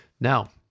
Now